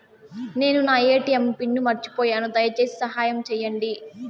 నేను నా ATM pin మర్చిపోయాను, దయచేసి సహాయం చేయండి